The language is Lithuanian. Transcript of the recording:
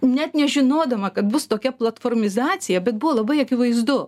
net nežinodama kad bus tokia platformizacija bet buvo labai akivaizdu